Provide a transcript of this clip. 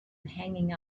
hanging